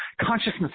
consciousness